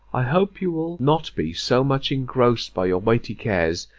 i hope you will not be so much engrossed by your weighty cares,